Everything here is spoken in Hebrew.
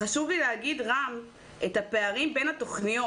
חשוב לי לציין את הפערים בין התכניות.